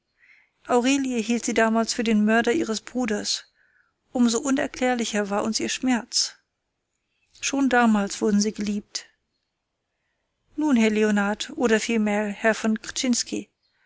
aurelie hielt sie damals für den mörder ihres bruders um so unerklärlicher war uns ihr schmerz schon damals wurden sie geliebt nun herr leonard oder vielmehr herr von